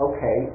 Okay